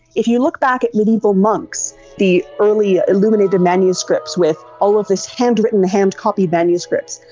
if you look back at mediaeval monks, the early illuminated manuscripts with all of this hand written, hand copied manuscripts,